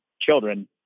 children